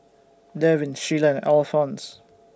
Devin Shiela and Alphons